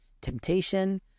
temptation